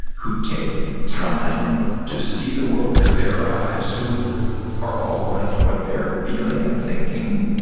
who take the time to see the world through their eyes, who are open to what they're feeling and thinking,